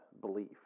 belief